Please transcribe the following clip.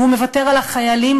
והוא מוותר על החיילים,